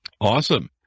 Awesome